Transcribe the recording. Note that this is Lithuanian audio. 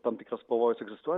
tam tikras pavojus egzistuoja